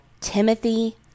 Timothy